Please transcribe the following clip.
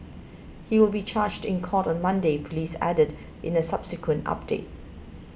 he will be charged in court on Monday police added in a subsequent update